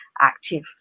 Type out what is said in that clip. active